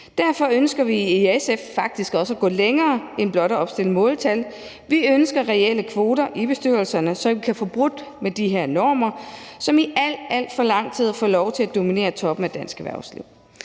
Derfor ønsker vi i SF faktisk også at gå længere end blot at opstille måltal. Vi ønsker reelle kvoter i bestyrelserne, så vi kan få brudt med de her normer, som i alt, alt for lang tid har fået lov til at dominere toppen af dansk erhvervsliv.